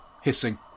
Hissing